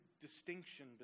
distinction